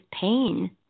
pain